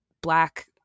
black